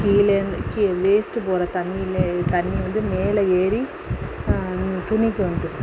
கீழே இருந்து வேஸ்ட்டு போகிற தண்ணியில் தண்ணி வந்து மேலே ஏறி துணிக்கு வந்துடுது